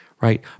right